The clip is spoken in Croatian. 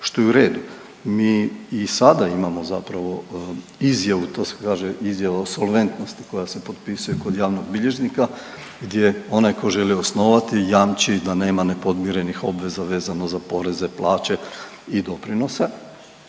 što je u redu. Mi i sada imamo zapravo izjavu, to se kaže izjava o solventnosti koja se potpisuje kod javnog bilježnika gdje onaj ko želi osnovati jamči da nema nepodmirenih obveza vezano za poreze, plaće i doprinose